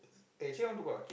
eh actually I want to go arcade